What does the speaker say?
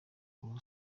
ubu